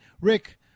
Rick